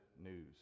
news